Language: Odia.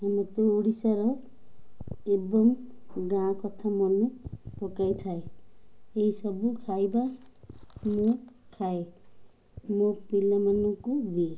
ଆମ ତ ଓଡ଼ିଶାର ଏବଂ ଗାଁ କଥା ମନେ ପକାଇଥାଏ ଏହିସବୁ ଖାଇବା ମୁଁ ଖାଏ ମୋ ପିଲାମାନଙ୍କୁ ଦିଏ